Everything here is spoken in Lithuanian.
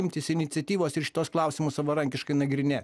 imtis iniciatyvos ir šituos klausimus savarankiškai nagrinėt